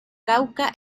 cauca